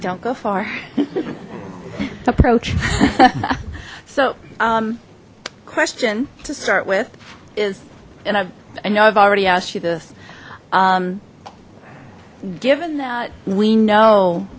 don't go far approach so question to start with is and i i know i've already asked you this given that we know